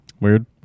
Weird